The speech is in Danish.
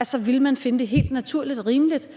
på sine børn eller at begå voldtægt,